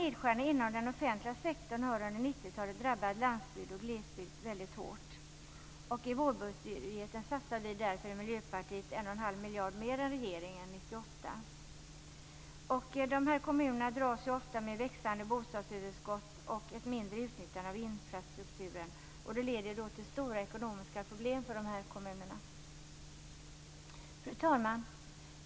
Nedskärningarna inom den offentliga sektorn har under 90-talet drabbat landsbygd och glesbygd väldigt hårt. I vår budget satsar därför Miljöpartiet en och en halv miljard mer än regeringen 1998. De berörda kommunerna dras ofta med växande bostadsöverskott och ett mindre utnyttjande av infrastrukturen. Det leder till stora ekonomiska problem för kommunerna.